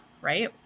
right